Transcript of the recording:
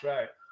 Right